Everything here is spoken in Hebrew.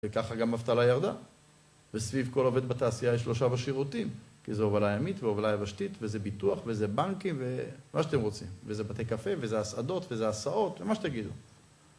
וככה גם אבטלה ירדה, וסביב כל עובד בתעשייה יש שלושה בשירותים, כי זו הובלה ימית והובלה יבשתית, וזה ביטוח, וזה בנקים, ומה שאתם רוצים. וזה בתי קפה, וזה הסעדות, וזה הסעות, ומה שתגידו.